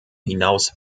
hinaus